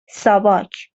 ساواک